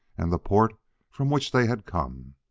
and the port from which they had come!